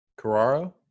Carraro